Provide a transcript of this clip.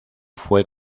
fue